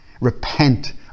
Repent